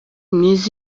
myiza